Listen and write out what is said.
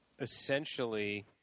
essentially